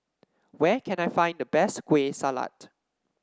where can I find the best Kueh Salat